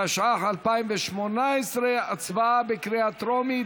התשע"ח 2018. הצבעה בקריאה טרומית.